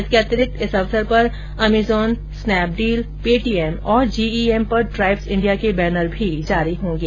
इसके अतिरिक्त इस अवसर पर अमेजन स्नैपडील पेटीएम तथा जीईएम पर ट्राइब्स इंडिया के बैनर भी जारी होंगे